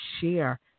share